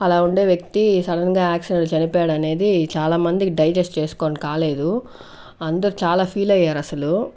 అలా ఉండే వ్యక్తి సడన్ గా యాక్సిడెంట్ లో చనిపోయాడనేది చాలామందికి డైజెస్ట్ చేసుకొన్ కాలేదు అందరూ చాలా ఫీల్ అయ్యారు అసలు